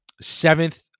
seventh